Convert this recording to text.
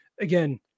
Again